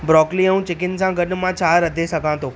broccoli ऐं chicken सां गॾु मां छा रधे सघां थो